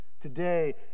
Today